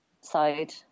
side